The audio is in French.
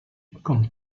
comme